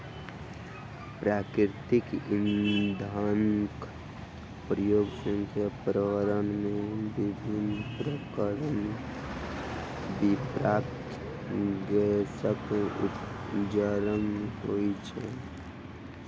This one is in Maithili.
प्राकृतिक इंधनक प्रयोग सॅ पर्यावरण मे विभिन्न प्रकारक विषाक्त गैसक उत्सर्जन होइत अछि